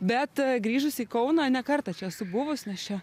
bet grįžusi į kauną ne kartą čia esu buvus nes čia